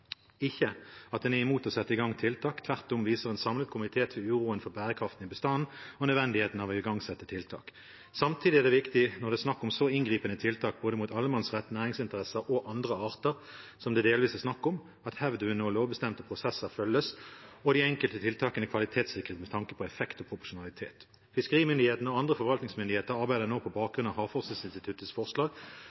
ikke at en er imot å sette i gang tiltak, tvert om viser en samlet komité til uroen for bærekraften i bestanden og nødvendigheten av å igangsette tiltak. Samtidig er det viktig – når det er snakk om så inngripende tiltak mot både allemannsretten, næringsinteresser og andre arter som det delvis er snakk om – at hevdvunne og lovbestemte prosesser følges, og at de enkelte tiltakene kvalitetssikres med tanke på effekt og proporsjonalitet. Fiskerimyndighetene og andre forvaltningsmyndigheter arbeider nå på bakgrunn av Havforskningsinstituttets forslag